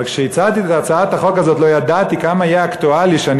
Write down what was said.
אבל כשהצעתי את הצעת החוק הזאת לא ידעתי כמה יהיה אקטואלי שאני